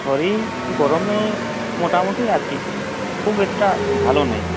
শরীর গরমে মোটামুটি আছি খুব একটা ভালো নেই